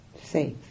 Safe